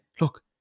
look